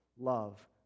love